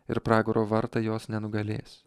ir pragaro vartai jos nenugalės